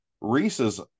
Reese's